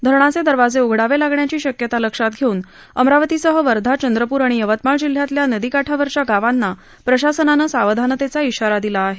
धरणाचे दरवाजे उघडावे लागण्याची शक्यता लक्षात घेऊन अमरावतीसह वर्धा चंद्रपुर आणि यवतमाळ जिल्ह्यांतल्या नदीकाठावरच्या गावांना प्रशासनानं सावधानतेचा इशारा दिला आहे